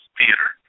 theater